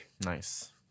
nice